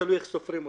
תלוי איך סופרים אותם,